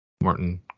Martin